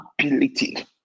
ability